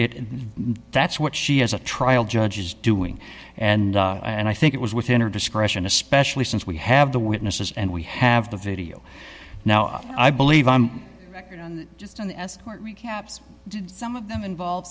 it and that's what she has a trial judge is doing and and i think it was within her discretion especially since we have the witnesses and we have the video now i believe just an escort recaps some of them involved